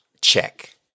check